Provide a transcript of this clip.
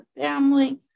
family